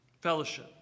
Fellowship